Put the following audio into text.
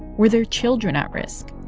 were their children at risk?